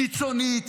קיצונית,